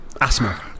Asthma